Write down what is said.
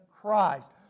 Christ